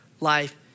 life